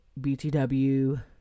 BTW